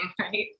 right